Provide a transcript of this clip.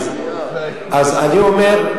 אז אני אומר,